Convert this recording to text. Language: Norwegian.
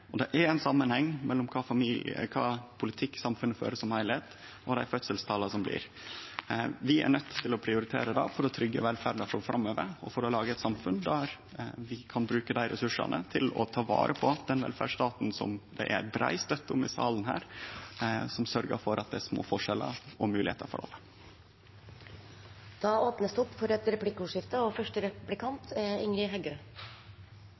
rekordlåge. Det er ein samanheng mellom kva politikk samfunnet fører som heilskap, og fødselstala. Vi er nøydde til å prioritere det for å tryggje velferda framover og for å lage eit samfunn der vi kan bruke ressursane til å ta vare på den velferdsstaten som det er brei støtte til i salen, som sørgjer for at det er små forskjellar, og at det er moglegheiter for alle. Det blir replikkordskifte. Arbeidarpartiet er oppteke av å bruka dei store pengane på dei store oppgåvene, nettopp for